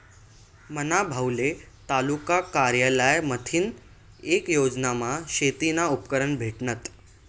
मना भाऊले तालुका कारयालय माथीन येक योजनामा शेतीना उपकरणं भेटनात